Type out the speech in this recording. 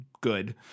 good